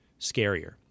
scarier